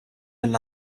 mill